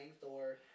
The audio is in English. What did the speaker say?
Thor